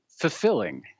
fulfilling